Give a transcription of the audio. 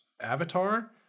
Avatar